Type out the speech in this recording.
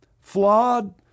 Flawed